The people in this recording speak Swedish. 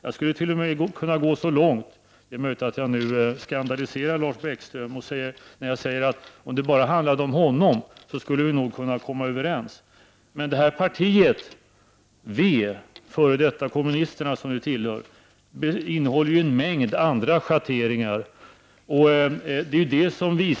Jag skulle t.o.m. kunna gå så långt — det är möjligt att jag nu skandaliserar Lars Bäckström — att jag säger att om det bara handlade om honom skulle vi nog kunna komma överens. Men partiet v, f.d. kommunisterna, innehåller en mängd andra schatteringar.